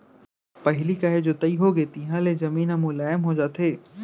पहिली काहे जोताई होगे तिहाँ ले जमीन ह मुलायम हो जाथे